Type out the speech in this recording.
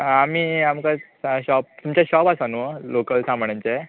आमी आमकां शॉप तुमचें शॉप आसा न्हू लोकल सामानांचें